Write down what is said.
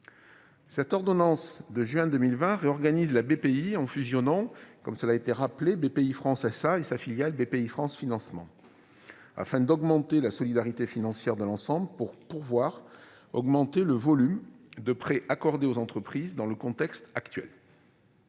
Cette ordonnance réorganise la BPI en fusionnant Bpifrance SA et sa filiale Bpifrance Financement, afin d'augmenter la solidité financière de l'ensemble pour pouvoir augmenter le volume de prêts accordés aux entreprises dans le contexte actuel.